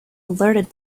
alerted